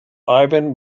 ivan